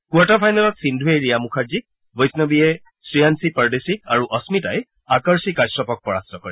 quarter ফাইনেলত সিন্ধুৰে ৰিয়া মুখাৰ্জীক বৈফৱীয়ে শ্ৰীয়ালি পৰদেশীক আৰু অস্মিতাই আকৰ্ষি কাশ্যপক পৰাস্ত কৰে